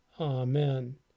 Amen